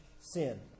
sin